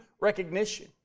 recognition